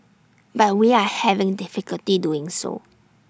but we are having difficulty doing so